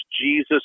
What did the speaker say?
Jesus